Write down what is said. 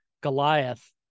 Goliath